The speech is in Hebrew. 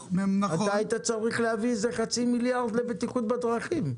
אתה היית צריך להביא איזה חצי מיליארד לבטיחות בדרכים.